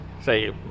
say